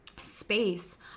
space